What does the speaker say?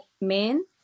men